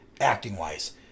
acting-wise